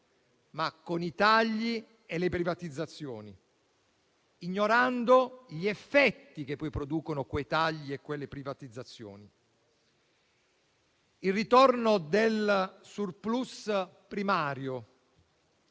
ma con i tagli e le privatizzazioni, ignorando gli effetti che poi producono quei tagli e quelle privatizzazioni. Il ritorno del *surplus* primario